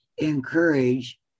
encourage